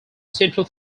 central